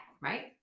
right